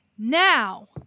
Now